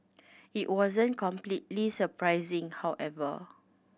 it wasn't completely surprising however